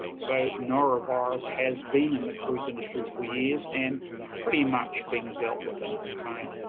so, norovirus has been in the cruise industry for years and pretty much been dealt with and contained.